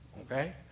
Okay